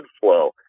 flow